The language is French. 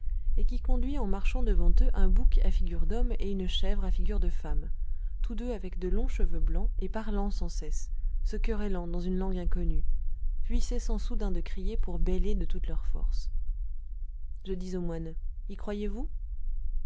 et qui conduit en marchant devant eux un bouc à figure d'homme et une chèvre à figure de femme tous deux avec de longs cheveux blancs et parlant sans cesse se querellant dans une langue inconnue puis cessant soudain de crier pour bêler de toute leur force je dis au moine y croyez-vous